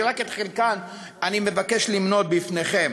שרק את חלקן אני מבקש למנות בפניכם: